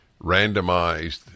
randomized